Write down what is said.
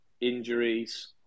injuries